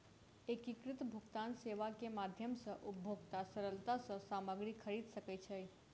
एकीकृत भुगतान सेवा के माध्यम सॅ उपभोगता सरलता सॅ सामग्री खरीद सकै छै